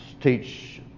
teach